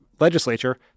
legislature